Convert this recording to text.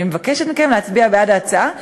אני מבקשת מכם להצביע בעד ההצעה,